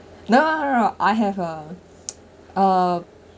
no no no no I have a uh